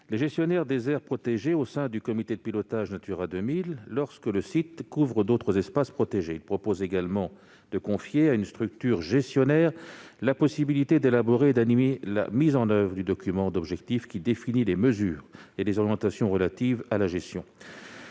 les gestionnaires des aires protégées au comité de pilotage Natura 2000, lorsque le site couvre d'autres espaces protégés. Ils visent également à confier à une structure gestionnaire la possibilité d'élaborer et d'animer la mise en oeuvre du document d'objectifs qui définit les mesures et orientations relatives à la gestion